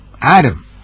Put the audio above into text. Adam